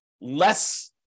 less